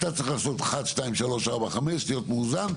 אתה צריך לעשות אחת שתיים שלוש ארבע חמש להיות מאוזן,